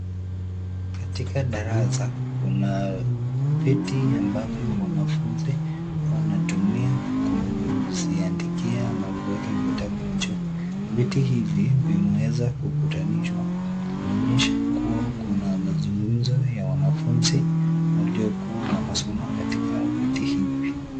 Katika darasa kuna viti ambavyo wanafunzi wanatumia kuziandikia na kuweka vitabu juu. Viti hivi vimeweza kukutanishwa kuonyesha kuwa kuna mazungumzo ya wanafunzi waliokuwa wanasoma katika viti hivi.